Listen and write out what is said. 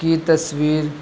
کی تصویر